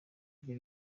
icyo